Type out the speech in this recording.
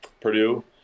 Purdue